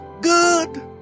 good